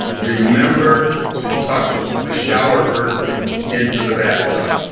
remember to tuck the shower curtain into the bathtub.